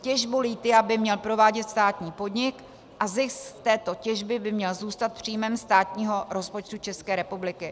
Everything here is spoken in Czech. Těžbu lithia by měl provádět státní podnik a zisk z této těžby by měl zůstat příjmem státního rozpočtu České republiky.